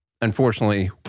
Unfortunately